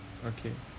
okay